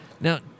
Now